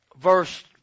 verse